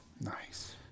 Nice